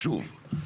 שוב,